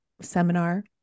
seminar